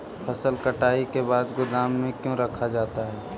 फसल कटाई के बाद गोदाम में क्यों रखा जाता है?